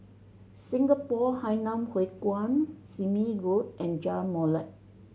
Singapore Hainan Hwee Kuan Sime Road and Jalan Molek